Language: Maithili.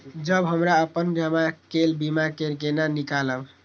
जब हमरा अपन जमा केल बीमा के केना निकालब?